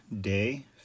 Day